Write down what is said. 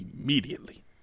immediately